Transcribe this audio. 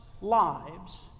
lives